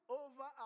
over